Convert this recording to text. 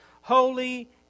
holy